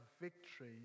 victory